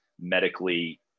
medically